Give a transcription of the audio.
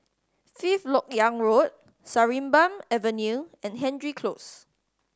Fifth Lok Yang Road Sarimbun Avenue and Hendry Close